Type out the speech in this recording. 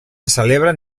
celebren